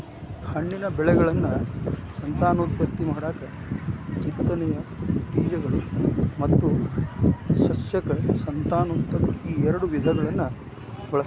ಹಣ್ಣಿನ ಬೆಳೆಗಳನ್ನು ಸಂತಾನೋತ್ಪತ್ತಿ ಮಾಡಾಕ ಬಿತ್ತನೆಯ ಬೇಜಗಳು ಮತ್ತು ಸಸ್ಯಕ ಸಂತಾನೋತ್ಪತ್ತಿ ಈಎರಡು ವಿಧಗಳನ್ನ ಬಳಸ್ತಾರ